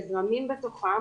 הזרמים בתוכם